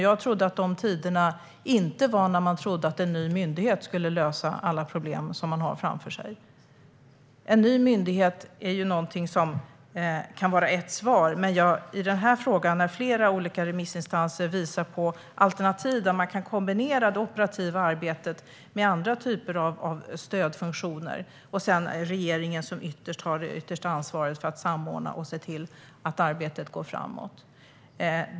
Jag trodde att de tiderna var förbi när man ansåg att en myndighet skulle lösa alla problem man har framför sig. En ny myndighet kan vara ett svar, men i den här frågan visar flera olika remissinstanser på alternativ där det operativa arbetet kan kombineras med andra typer av stödfunktioner och där regeringen har det yttersta ansvaret för att samordna och se till att arbetet går framåt.